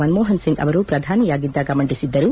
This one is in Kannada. ಮನಮೋಹನ್ ಸಿಂಗ್ ಅವರು ಪ್ರಧಾನಿಯಾಗಿದ್ದಾಗ ಮಂಡಿಸಿದ್ದರು